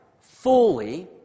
fully